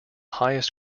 highest